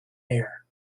air